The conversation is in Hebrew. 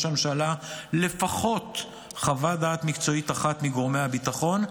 הממשלה לפחות חוות דעת מקצועית אחת מגורמי הביטחון,